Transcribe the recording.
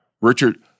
Richard